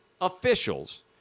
officials